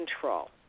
control